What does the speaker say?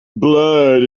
blurred